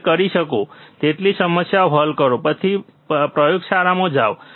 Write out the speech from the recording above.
તમે કરી શકો તેટલી સમસ્યાઓ હલ કરો પછી પ્રયોગશાળામાં જાઓ